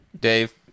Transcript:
Dave